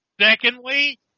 Secondly